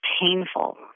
painful